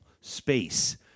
space